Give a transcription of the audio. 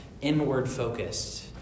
inward-focused